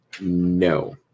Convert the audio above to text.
No